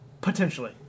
Potentially